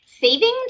Saving